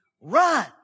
run